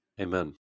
Amen